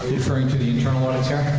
referring to the internal audits here?